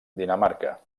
dinamarca